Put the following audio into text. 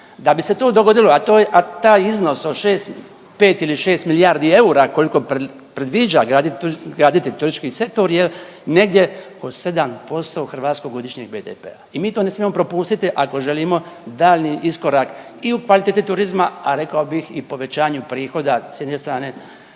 Da bi se to dogodilo, a taj iznos od šest, pet ili šest milijardi eura koliko predviđa graditi turistički sektor je negdje oko 7% hrvatskog godišnjeg BDP-a i mi to ne smijemo propustiti ako ne želimo da dalji iskorak i u kvaliteti turizma, a rekao bih i povećanju prihoda s jedne strane